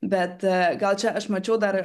bet gal čia aš mačiau dar